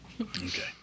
Okay